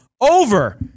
over